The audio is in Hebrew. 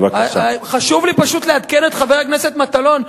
חשוב לי פשוט לעדכן את חבר הכנסת מטלון,